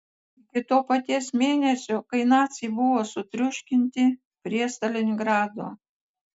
iki to paties mėnesio kai naciai buvo sutriuškinti prie stalingrado